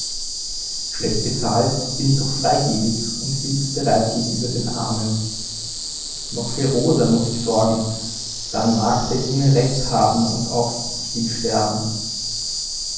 schlecht bezahlt bin ich doch freigebig und hilfsbereit gegenüber den armen noch für rosa muß ich sorgen dann mag der junge recht haben und auch ich will sterben